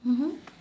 mmhmm